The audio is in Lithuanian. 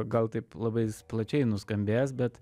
gal taip labai plačiai nuskambės bet